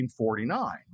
1949